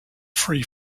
free